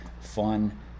fun